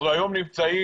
אנחנו היום נמצאים